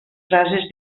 frases